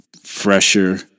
Fresher